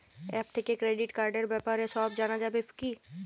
App থেকে credit কার্ডর ব্যাপারে সব জানা যাবে কি?